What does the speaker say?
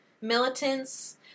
militants